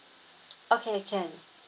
okay can